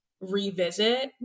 revisit